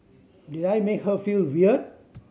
did I make her feel weird